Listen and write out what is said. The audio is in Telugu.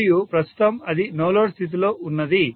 మరియు ప్రస్తుతం అది నో లోడ్ స్థితిలో వున్నది